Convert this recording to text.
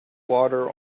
water